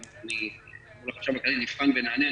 ואז אני ואגף החשב הכללי נבחן ונענה.